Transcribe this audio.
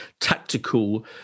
tactical